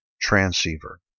transceiver